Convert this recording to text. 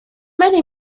many